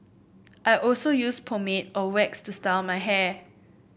I also use pomade or wax to style my hair